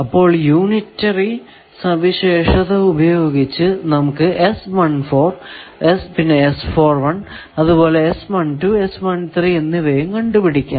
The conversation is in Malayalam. അപ്പോൾ യൂണിറ്ററി സവിശേഷത ഉപയോഗിച്ചു നമുക്ക് പിന്നെ അതുപോലെ എന്നിവയും കണ്ടുപിടിക്കാം